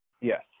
Yes